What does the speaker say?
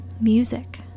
music